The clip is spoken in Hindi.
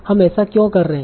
हम ऐसा क्यों कर रहे हैं